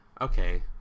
okay